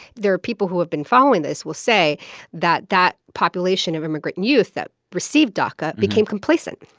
there are people who have been following this will say that that population of immigrant youth that received daca became complacent,